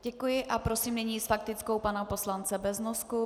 Děkuji a prosím nyní s faktickou pana poslance Beznosku.